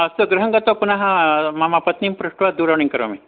अस्तु गृहं गत्वा पुनः मम पत्नीं पृष्ट्वा दूरवाणीं करोमि